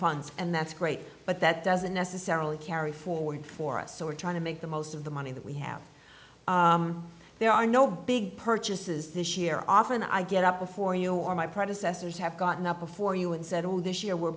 funds and that's great but that doesn't necessarily carry forward for us so we're trying to make the most of the money that we have there are no big purchases this year often i get up before you or my predecessors have gotten up before you and said oh this year we're